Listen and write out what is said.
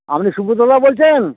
আপনি সুব্রতদা বলছেন